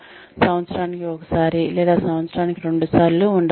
సంవత్సరానికి ఒకసారి లేదా సంవత్సరానికి రెండుసార్లు ఉండవచ్చు